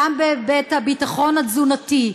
גם בהיבט הביטחון התזונתי,